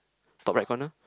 top right corner